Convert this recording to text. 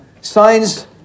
signs